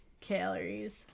Calories